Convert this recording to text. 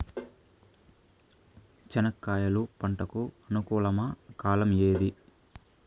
చెనక్కాయలు పంట కు అనుకూలమా కాలం ఏది?